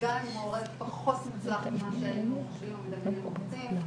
גם אם ההורה פחות מוצלח ממה שהיינו חושבים או מדמיינים או רוצים.